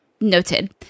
Noted